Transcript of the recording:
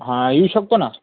हा येऊ शकतो ना